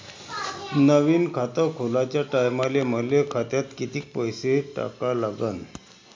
नवीन खात खोलाच्या टायमाले मले खात्यात कितीक पैसे टाका लागन?